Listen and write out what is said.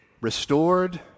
restored